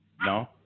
No